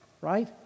right